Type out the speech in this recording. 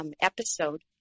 episode